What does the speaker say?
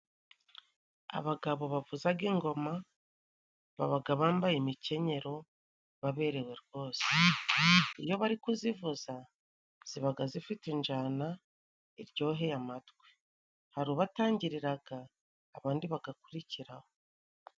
Abagabo bavuzaga ingoma babaga bambaye imikenyero baberewe rwose. Iyo bari kuzivuza zibaga zifite injana iryoheye amatwi, hari ubatangiriraga abandi bagakurikiraho.